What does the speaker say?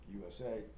USA